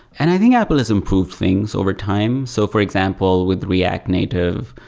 and i think apple has improved things over time. so for example, with react native,